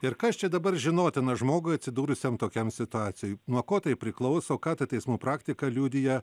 ir kas čia dabar žinotina žmogui atsidūrusiam tokiam situacijoj nuo ko tai priklauso ką ta teismų praktika liudija